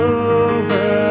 over